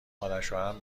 مادرشوهرم